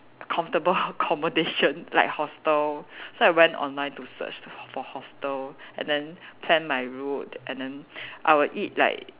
comfortable accommodation like hostel so I went online to search for hostel and then plan my route and then I will eat like